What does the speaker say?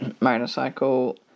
Motorcycle